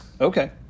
Okay